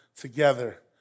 together